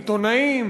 עיתונאים,